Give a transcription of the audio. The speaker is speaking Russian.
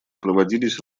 проводились